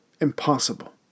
impossible